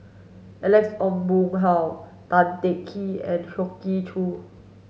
Alex Ong Boon Hau Tan Teng Kee and Hoey Choo